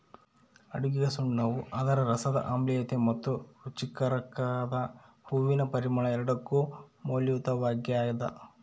ಅಡುಗೆಗಸುಣ್ಣವು ಅದರ ರಸದ ಆಮ್ಲೀಯತೆ ಮತ್ತು ರುಚಿಕಾರಕದ ಹೂವಿನ ಪರಿಮಳ ಎರಡಕ್ಕೂ ಮೌಲ್ಯಯುತವಾಗ್ಯದ